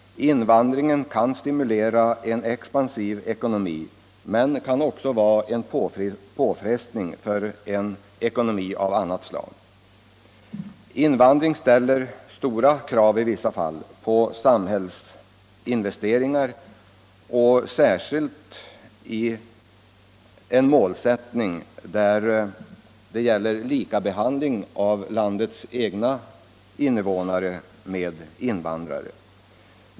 Invandringen 29 kan stimulera en expansiv ekonomi men kan också vara en påfrestning för en ekonomi av annat slag. Invandring ställer i vissa fall stora krav på samhällsinvesteringar, särskilt om målsättningen är likabehandling av landets egna invånare och invandrare.